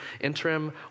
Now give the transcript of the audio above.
interim